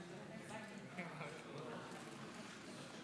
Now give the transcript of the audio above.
אני ממשיכה לקרוא מתוך כתב החשדות,